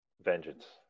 vengeance